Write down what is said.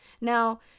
now